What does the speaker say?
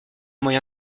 moyen